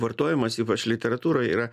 vartojimas ypač literatūroj yra